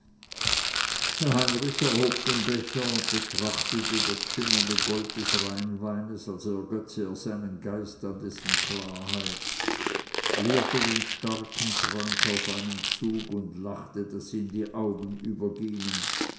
heinrich erhob den becher betrachtete das schimmernde gold des rheinweins als ergötze er seinen geist an dessen klarheit leerte den starken trank auf einen zug und lachte daß ihm die augen übergingen